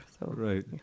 Right